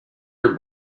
your